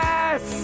Yes